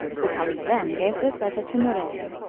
the caliph then gave this letter to noureddin,